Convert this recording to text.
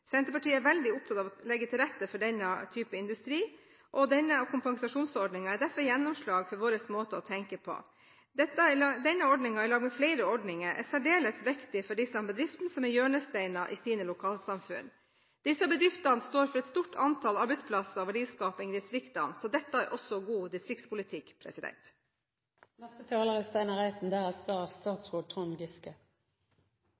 Senterpartiet er veldig opptatt av å legge til rette for denne typen industri, og denne kompensasjonsordningen er derfor et gjennomslag for vår måte å tenke på. Denne ordningen, sammen med flere ordninger, er særdeles viktig for disse bedriftene, som er hjørnesteiner i sine lokalsamfunn. Disse bedriftene står for et stort antall arbeidsplasser og verdiskapning i distriktene, så dette er også god distriktspolitikk. En aktiv næringspolitikk er